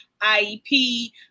IEP